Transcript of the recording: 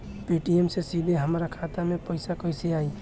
Paytm से सीधे हमरा खाता मे पईसा कइसे आई?